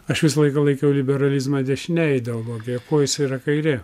aš visą laiką laikiau liberalizmą dešine ideologija kuo jos yra kairė